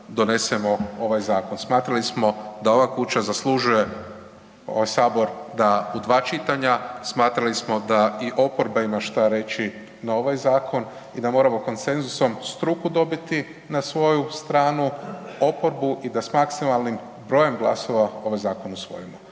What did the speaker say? donesemo ovaj zakon. Smatrali smo da ova kuća zaslužuje ovaj Sabor da u dva čitanja, smatrali smo da i oporba ima šta reći na ovaj zakon i da moramo konsenzusom struku dobiti na svoju stranu, oporbu i da s maksimalnim brojem glasova ovaj zakon usvojimo.